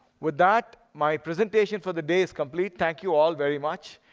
with that, my presentation for the day is complete. thank you all very much.